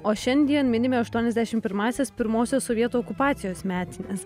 o šiandien minime aštuoniasdešimt pirmąsias pirmosios sovietų okupacijos metines